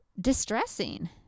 distressing